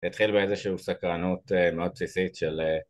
זה התחיל באיזשהו סקרנות מאוד בסיסית של...